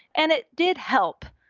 and it did help.